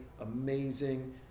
amazing